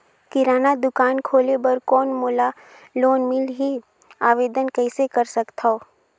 किराना दुकान खोले बर कौन मोला लोन मिलही? आवेदन कइसे कर सकथव?